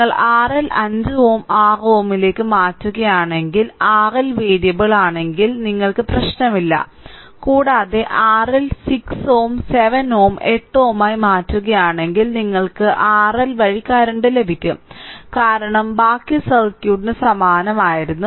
നിങ്ങൾ RL 5 Ω 6 Ω ലേക്ക് മാറ്റുകയാണെങ്കിൽ RL വേരിയബിൾ ആണെങ്കിൽ നിങ്ങൾക്ക് പ്രശ്നമില്ല കൂടാതെ RL 6 Ω 7 Ω 8 Ω ആയി മാറ്റുകയാണെങ്കിൽ നിങ്ങൾക്ക് RL വഴി കറൻറ് ലഭിക്കും കാരണം ബാക്കി സർക്യൂട്ട് സമാനമായിരുന്നു